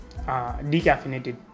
decaffeinated